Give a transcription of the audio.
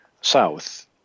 south